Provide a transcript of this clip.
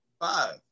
five